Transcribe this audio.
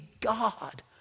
God